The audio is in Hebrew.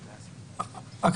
לי.